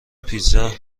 پیتزا